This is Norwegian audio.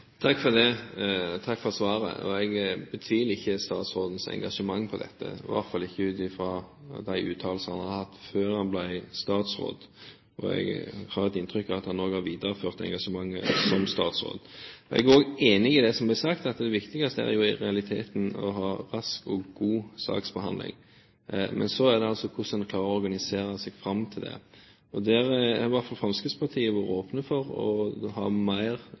Takk for svaret. Jeg betviler ikke statsrådens engasjement for dette, i hvert fall ikke ut fra de uttalelsene han hadde før han ble statsråd. Jeg har inntrykk av at han har videreført engasjementet også som statsråd. Jeg er enig i det som ble sagt, at det viktigste i realiteten er å ha en rask og god saksbehandling. Men så er spørsmålet hvordan en skal klare å organisere seg fram til det. Der har i hvert fall Fremskrittspartiet vært åpne for å få en mer